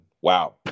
wow